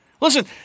Listen